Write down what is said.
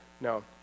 No